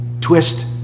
twist